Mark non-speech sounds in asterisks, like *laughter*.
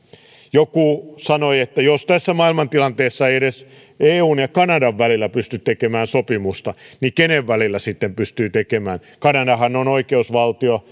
joku sanoi että jos tässä maailmantilanteessa ei edes eun ja kanadan välillä pysty tekemään sopimusta niin kenen välillä sitten pystyy tekemään kanadahan on oikeusvaltio *unintelligible*